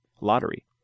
lottery